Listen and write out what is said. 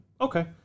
okay